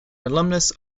alumnus